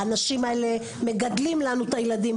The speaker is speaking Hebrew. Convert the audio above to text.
האנשים האלה מגדלים לנו את הילדים.